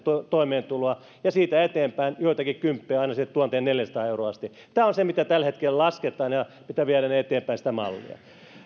toimeentuloa ja siitä eteenpäin joitakin kymppejä aina sinne tuhanteenneljäänsataan euroon asti tämä on se mitä tällä hetkellä lasketaan ja mitä mallia viedään eteenpäin